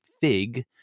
fig